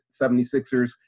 76ers